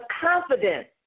confidence